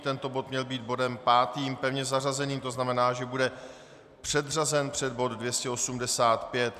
Tento bod měl být bodem pátým pevně zařazeným, to znamená, že bude předřazen před bod 285.